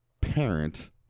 parent